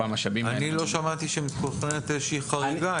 המשאבים האלה --- אני לא שמעתי שמתוכננת איזושהי חריגה.